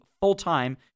full-time